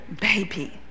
baby